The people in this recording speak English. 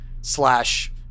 slash